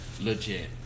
legit